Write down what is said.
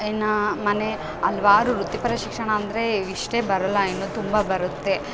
ಇನ್ನು ಮನೆ ಹಲ್ವಾರು ವೃತ್ತಿಪರ ಶಿಕ್ಷಣ ಅಂದರೆ ಇಷ್ಟೇ ಬರೋಲ್ಲ ಇನ್ನೂ ತುಂಬ ಬರುತ್ತೆ